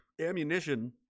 ammunition